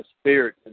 Spirit